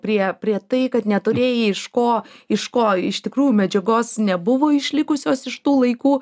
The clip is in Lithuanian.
prie prie tai kad neturėjai iš ko iš ko iš tikrųjų medžiagos nebuvo išlikusios iš tų laikų